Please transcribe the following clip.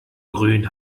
grün